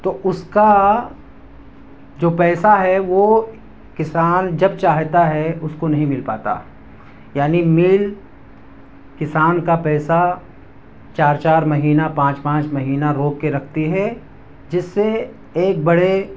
تو اس کا جو پیسہ ہے وہ کسان جب چاہتا ہے اس کو نہیں مل پاتا یعنی مل کسان کا پیسہ چار چار مہینہ پانچ پانچ مہینہ روک کے رکھتی ہے جس سے ایک بڑے